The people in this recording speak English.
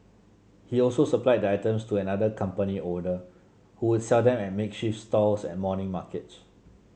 he also supplied the items to another company owner who would sell them at makeshift stalls at morning markets